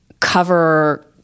cover